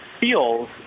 feels